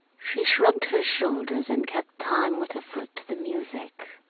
she shrugged her shoulders and kept time with her foot to the music.